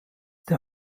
der